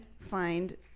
find